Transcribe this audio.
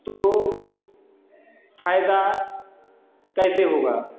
तो फायदा कैसे होगा